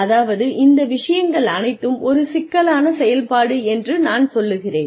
அதாவது இந்த விஷயங்கள் அனைத்தும் ஒரு சிக்கலான செயல்பாடு என்று நான் சொல்கிறேன்